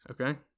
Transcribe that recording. Okay